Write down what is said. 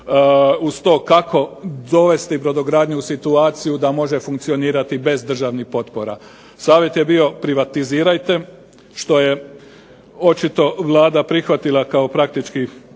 uz to kako dovesti brodogradnju u situaciju da može funkcionirati bez državnih potpora. Savjet je bio privatizirajte, što je očito Vlada prihvatila kao praktički